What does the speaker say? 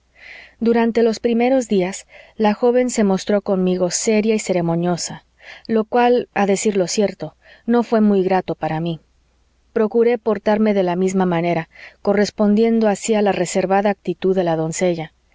durante los primeros días la joven se mostró conmigo seria y ceremoniosa lo cual a decir lo cierto no fué muy grato para mí procuré portarme de la misma manera correspondiendo así a la reservada actitud de la doncella